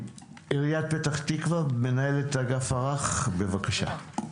עיריית פתח תקווה, מנהלת אגף הרך, בבקשה.